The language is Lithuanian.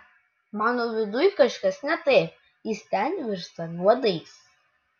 mano viduj kažkas ne taip jis ten virsta nuodais